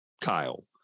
kyle